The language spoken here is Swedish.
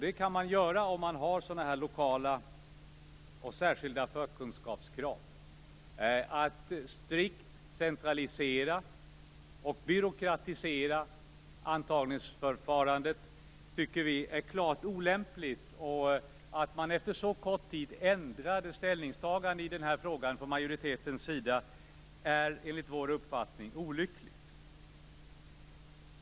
Det kan man göra om man har sådana lokala och särskilda förkunskapskrav. Att strikt centralisera och byråkratisera antagningsförfarandet tycker vi är klart olämpligt och att man efter så kort tid ändrade ställningstagande i denna fråga från majoritetens sida är enligt vår uppfattning olyckligt.